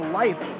life